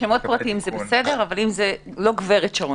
אבל היו אנשי מקצוע בעבר,